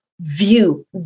view